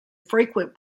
frequent